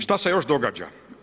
Šta se još događa.